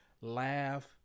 Laugh